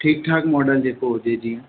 ठीकु ठाकु मॉडल जेको हुजे जीअं